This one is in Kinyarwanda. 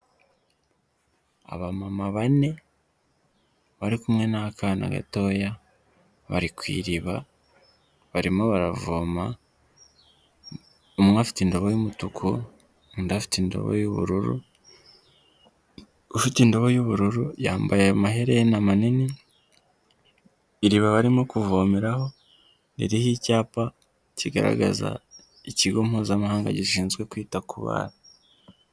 Abamama bane bari kumwe n'akana gatoya bari ku iriba barimo baravoma umwe afite indobo y'umutuku undi afite indobo y'ububururu, ufite indobo y'ubururu yambaye amaherena manini, iriba barimo kuvomeho ririho icyapa kigaragaza ikigo mpuzamahanga gishinzwe kwita ku bantu.